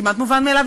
זה כמעט מובן מאליו,